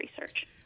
research